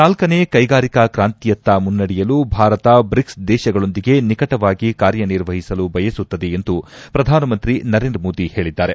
ನಾಲ್ಕನೇ ಕೈಗಾರಿಕಾ ಕಾಂತಿಯತ್ತ ಮುನ್ನಡೆಯಲು ಭಾರತ ಬ್ರಿಕ್ಸ್ ದೇಶಗಳೊಂದಿಗೆ ನಿಕಟವಾಗಿ ಕಾರ್ಯನಿರ್ವಹಿಸಲು ಬಯಸುತ್ತದೆ ಎಂದು ಪ್ರಧಾನಮಂತ್ರಿ ನರೇಂದ್ರ ಮೋದಿ ಹೇಳಿದ್ದಾರೆ